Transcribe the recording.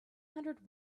hundred